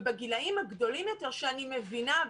ובגילים הגדולים יותר שאני מבינה,